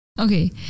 Okay